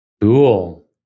Cool